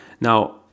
Now